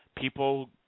People